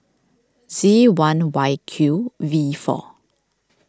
Z one Y Q V four